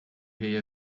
rei